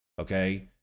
Okay